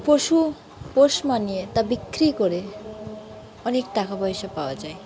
পশু পোষ মানিয়ে তা বিক্রি করে অনেক টাকা পয়সা পাওয়া যায়